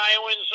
iowans